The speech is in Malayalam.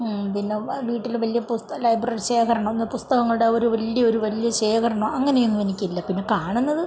പിന്നെ വീട്ടില് വലിയ പുസ്ത ലൈബ്രറി ശേഖരമൊന്നും പുസ്തകങ്ങളുടെ ആ ഒരു വലിയോർ വലിയ ശേഖരമോ അങ്ങനെയൊന്നു എനിക്കില്ല പിന്നെ കാണുന്നത്